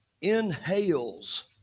inhales